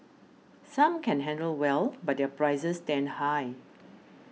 some can handle well but their prices stand high